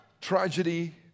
tragedy